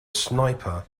sniper